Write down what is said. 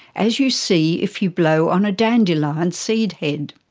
as you see if you blow on a dandelion seed-head.